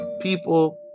people